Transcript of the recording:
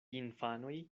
infanoj